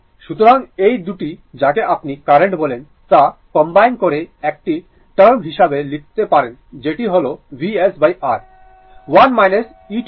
সুতরাং এই 2টি যাকে আপনি কারেন্ট বলেন তা কম্বাইন করে একটি টার্ম হিসেবে লিখতে পারেন যেটি হল VsR 1 e t tτ u